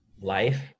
life